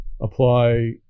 apply